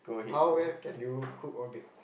how well can you cook or bake